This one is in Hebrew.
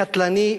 קטלני.